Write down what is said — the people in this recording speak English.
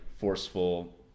forceful